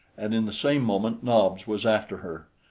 and in the same moment nobs was after her.